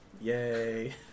yay